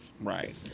right